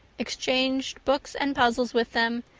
exchanged books and puzzles with them,